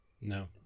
No